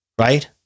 right